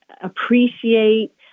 appreciate